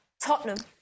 Tottenham